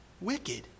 Wicked